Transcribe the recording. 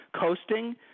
coasting